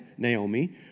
Naomi